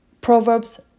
Proverbs